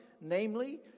namely